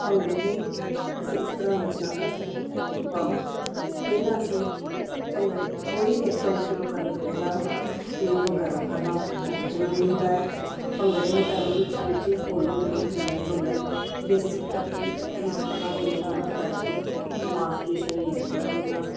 ਭੰਗੜੇ ਦੀ ਅਸੀਂ ਇਸ ਤਰ੍ਹਾਂ ਰਚਨਾ ਕਰਦੇ ਹਾਂ ਵਮ ਪਹਿਲਾਂ ਅਸੀਂ ਭੰਗੜੇ ਕੋਈ ਵੀ ਐਕਸਾਈਜ਼ ਸ਼ੁਰੂ ਕਰਨ ਤੋਂ ਪਹਿਲਾਂ ਸ਼ਰੀਰ ਨੂੰ ਗਰਮ ਕਰਨਾ ਬਹੁਤ ਜ਼ਰੂਰੀ ਹੁੰਦਾ ਹੈ ਭੰਗੜੇ ਨੂੰ ਐਰੋਬਿਕਸ ਵਿੱਚ ਹੌਲੀ ਹੌਲੀ ਹਿੱਲਣ ਡੁੱਲਣ ਬੇਸਿਕ ਟੱਪੇ ਅਤੇ ਹੱਥਾਂ ਦੀ ਮੁਮੈਂਟ ਕਰਕੇ ਮਾਸਪੇਸ਼ੀਆਂ ਨੂੰ ਗਰਮ ਕਰਦੇ ਹਾਂ